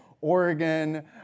Oregon